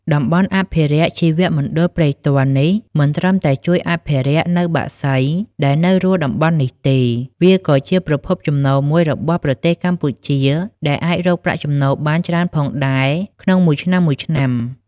តំបន់អភិរក្សជីវមណ្ឌលព្រែកទាល់នេះ មិនត្រឹមតែជួយអភិរក្សនៅបក្សីដែលនៅរស់តំបន់នេះទេ វាក៏ជាប្រភពចំណូលមួយរបស់ប្រទេសកម្ពុជាដែលអាចរកប្រាក់ចំណូលបានច្រើនផងដែលក្នុងមួយឆ្នាំៗ។